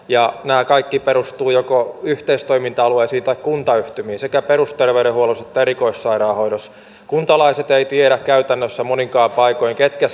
ja nämä kaikki perustuvat joko yhteistoiminta alueisiin tai kuntayhtymiin sekä perusterveydenhuollossa että erikoissairaanhoidossa kuntalaiset eivät tiedä käytännössä moninkaan paikoin ketkä